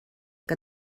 que